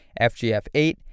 FGF8